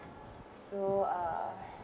so uh